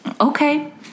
Okay